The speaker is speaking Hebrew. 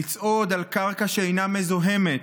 לצעוד על קרקע שאינה מזוהמת,